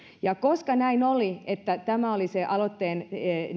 koska näin oli että tämä oli se aloitteen